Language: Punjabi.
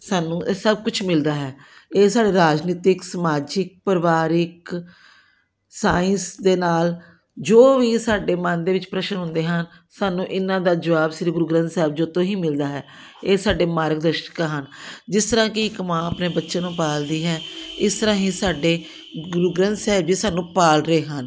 ਸਾਨੂੰ ਇਹ ਸਭ ਕੁਛ ਮਿਲਦਾ ਹੈ ਇਹ ਸਾਡੇ ਰਾਜਨੀਤਿਕ ਸਮਾਜਿਕ ਪਰਿਵਾਰਕ ਸਾਇੰਸ ਦੇ ਨਾਲ ਜੋ ਵੀ ਸਾਡੇ ਮਨ ਦੇ ਵਿੱਚ ਪ੍ਰਸ਼ਨ ਹੁੰਦੇ ਹਨ ਸਾਨੂੰ ਇਹਨਾਂ ਦਾ ਜਵਾਬ ਸ਼੍ਰੀ ਗੁਰੂ ਗ੍ਰੰਥ ਸਾਹਿਬ ਜੀ ਤੋਂ ਹੀ ਮਿਲਦਾ ਹੈ ਇਹ ਸਾਡੇ ਮਾਰਗ ਦਰਸ਼ਕ ਹਨ ਜਿਸ ਤਰ੍ਹਾਂ ਕਿ ਇੱਕ ਮਾਂ ਆਪਣੇ ਬੱਚੇ ਨੂੰ ਪਾਲਦੀ ਹੈ ਇਸ ਤਰ੍ਹਾਂ ਹੀ ਸਾਡੇ ਗੁਰੂ ਗ੍ਰੰਥ ਸਾਹਿਬ ਜੀ ਸਾਨੂੰ ਪਾਲ ਰਹੇ ਹਨ